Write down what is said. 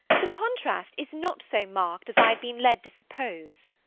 the contrast is not so marked as i had been led to suppose.